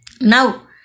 Now